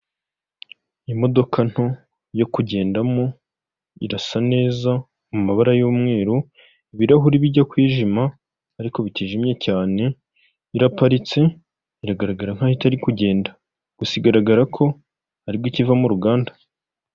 Imodoka nto yo kugendamo irasa neza mu mabara y'umweru, ibirahuri bijya kwijima ariko bitijimye cyane. Iraparitse iragaragara nkaho itari kugenda gusa igaragara ko aribwo ikiva mu ruganda.